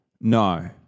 No